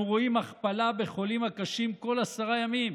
רואים הכפלה בחולים הקשים כל עשרה ימים.